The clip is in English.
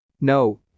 no